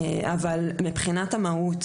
אבל מבחינת המהות,